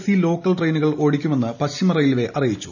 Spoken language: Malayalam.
സി ലോക്കൽ ട്രെയിനുകൾ ഓടിക്കുമെന്ന് പശ്ചിമ റെയിൽവേ അറിയിച്ചു